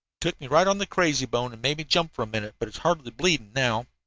took me right on the crazy bone and made me jump for a minute, but it's hardly bleeding now.